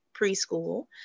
preschool